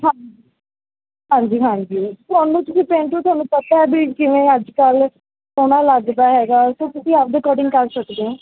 ਹਾਂਜੀ ਹਾਂਜੀ ਹਾਂਜੀ ਤੁਹਾਨੂੰ ਤੁਸੀਂ ਪੇਂਟਰ ਹੋ ਤੁਹਾਨੂੰ ਪਤਾ ਹੈ ਵੀ ਕਿਵੇਂ ਅੱਜ ਕੱਲ੍ਹ ਸੋਹਣਾ ਲੱਗਦਾ ਹੈਗਾ ਸੋ ਤੁਸੀਂ ਆਪਦੇ ਅਕੋਰਡਿੰਗ ਕਰ ਸਕਦੇ ਹੋ